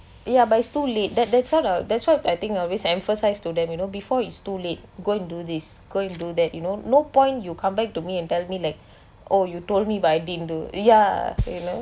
ya but it's too late that that's why I that's why I think always emphasized to them you know before it's too late go and do this go and do that you know no point you come back to me and tell me like oh you told me but I didn't do ya you know